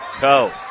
Go